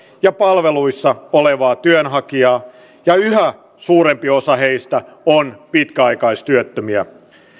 ja palveluissa olevaa työnhakijaa ja yhä suurempi osa heistä on pitkäaikaistyöttömiä